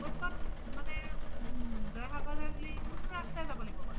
ক'ত ক'ত মানে জয়সাগৰলৈ বুলি কোনটো ৰাস্তাই যাব লাগিব বাৰু